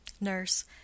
Nurse